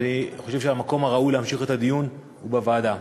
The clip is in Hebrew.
אני חושב שהמקום הראוי להמשיך בו את הדיון הוא הוועדה.